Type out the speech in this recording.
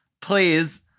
please